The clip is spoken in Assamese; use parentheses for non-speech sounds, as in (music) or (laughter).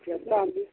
(unintelligible)